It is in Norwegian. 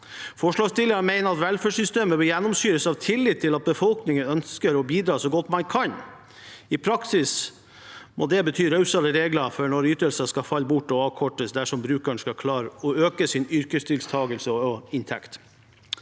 Forslagsstillerne mener at velferdssystemet bør gjennomsyres av tillit til at befolkningen ønsker å bidra så godt man kan. I praksis må det bety rausere regler for når ytelser skal falle bort og avkortes, dersom brukeren skal klare å øke sin yrkesdeltakelse og inntekt.